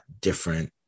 different